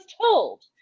told